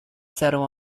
settled